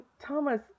Thomas